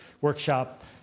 workshop